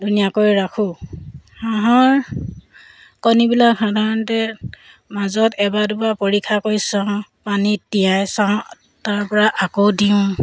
ধুনীয়াকৈ ৰাখোঁ হাঁহৰ কণীবিলাক সাধাৰণতে মাজত এবাৰ দুবাৰ পৰীক্ষা কৰি চাওঁ পানীত তিয়াই চাওঁ তাৰপৰা আকৌ দিওঁ